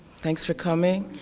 thanks for coming.